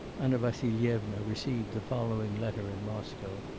anna vassilyevna received the following letter in moscow